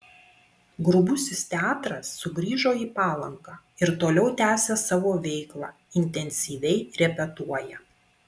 grubusis teatras sugrįžo į palangą ir toliau tęsią savo veiklą intensyviai repetuoja